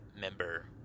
member